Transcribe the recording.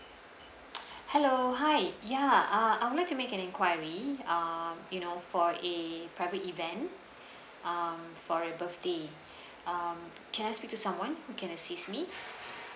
hello hi ya uh I would to make an enquiry uh you know for a private event uh for a birthday uh can I speak to someone who can assist me